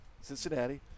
cincinnati